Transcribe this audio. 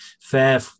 fair